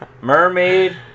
mermaid